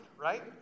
right